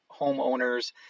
homeowners